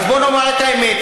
אז בוא נאמר את האמת.